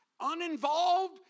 uninvolved